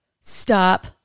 stop